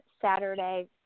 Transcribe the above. Saturday